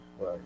Right